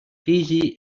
fiji